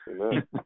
Amen